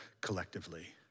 collectively